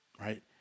right